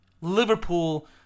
Liverpool